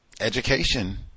education